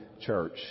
church